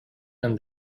and